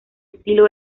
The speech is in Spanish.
estilo